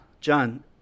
John